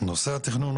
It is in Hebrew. הנושא של התכנון.